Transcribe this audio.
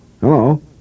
Hello